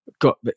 got